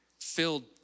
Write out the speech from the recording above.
filled